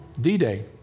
D-Day